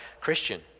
Christian